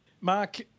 Mark